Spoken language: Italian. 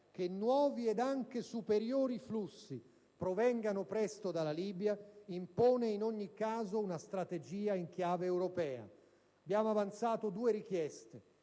che nuovi, ed anche superiori, flussi provengano presto dalla Libia impone in ogni caso una strategia in chiave europea. Abbiamo avanzato alcune richieste: